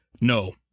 No